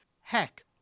Heck